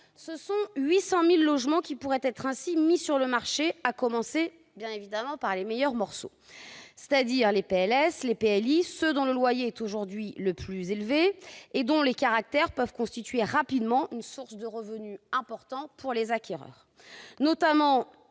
ce sont 800 000 logements qui pourraient être ainsi mis sur le marché, à commencer, bien évidemment, par les « meilleurs morceaux », c'est-à-dire les logements PLS et PLI, ceux dont le loyer est aujourd'hui le plus élevé et dont les caractéristiques peuvent constituer, rapidement, une source de revenus importants pour les acquéreurs, notamment